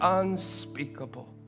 unspeakable